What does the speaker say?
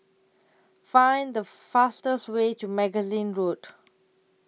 Find The fastest Way to Magazine Road